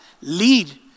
lead